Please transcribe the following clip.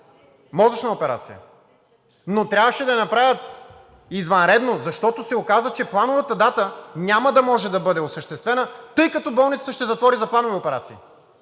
мозъчна операция, но трябваше да я направят извънредно, защото се оказа, че на плановата дата няма да може да бъде осъществена, тъй като болницата ще затвори за планови операции.